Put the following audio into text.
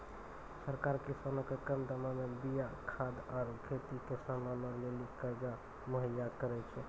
सरकार किसानो के कम दामो मे बीया खाद आरु खेती के समानो लेली कर्जा मुहैय्या करै छै